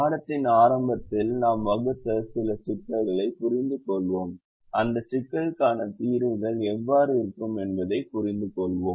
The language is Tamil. பாடத்தின் ஆரம்பத்தில் நாம் வகுத்த சில சிக்கல்களைப் புரிந்துகொள்வோம் அந்த சிக்கல்களுக்கான தீர்வுகள் எவ்வாறு இருக்கும் என்பதைப் புரிந்துகொள்வோம்